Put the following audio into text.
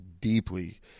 deeply